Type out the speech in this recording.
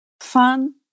fun